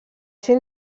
ser